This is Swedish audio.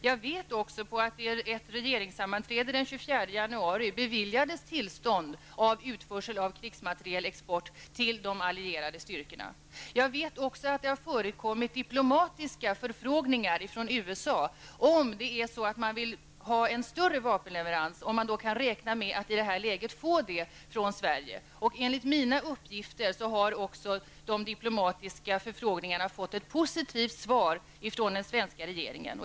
Jag vet också att det vid ett regeringssammanträde den 24 januari beviljades tillstånd till utförsel av krigsmateriel till de allierade styrkorna. Jag vet också att det har förekommit diplomatiska förfrågningar från USA om man i detta läge kan räkna med att få tillstånd till utförsel om man eventuellt vill ha en större vapenleverans från Sverige. Enligt mina uppgifter har de diplomatiska förfrågningarna också fått ett positivt svar från den svenska regeringen.